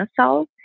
cells